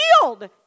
healed